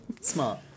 Smart